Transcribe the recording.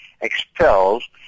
expels